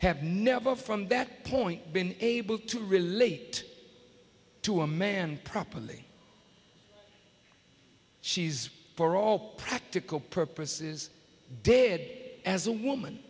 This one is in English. have never from that point been able to relate to a man properly she's for all practical purposes did as a woman